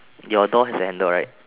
your door has a handle right